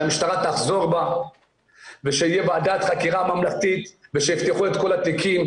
שהמשטרה תחזור בה ושתהיה ועדת חקירה ממלכתית ושיפתחו את כל התיקים,